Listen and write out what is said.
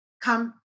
come